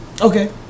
Okay